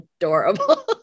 adorable